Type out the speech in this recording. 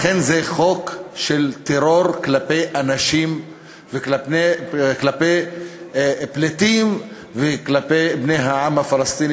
לכן זה חוק של טרור כלפי אנשים וכלפי פליטים וכלפי בני העם הפלסטיני,